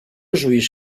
juiz